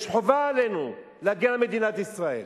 יש חובה עלינו להגן על מדינת ישראל,